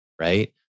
Right